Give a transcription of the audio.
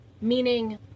meaning